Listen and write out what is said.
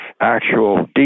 actual